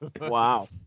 wow